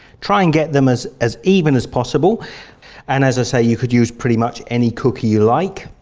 try and get them as as even as possible and as i say you could use pretty much any cookie you like,